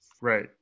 Right